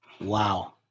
Wow